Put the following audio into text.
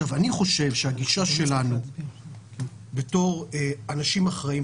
לדעתי הגישה שלנו כנבחרי ציבור ואנשים אחראים,